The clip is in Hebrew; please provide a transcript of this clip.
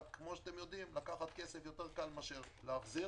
רק שלקחת כסף יותר קל מאשר להחזיר,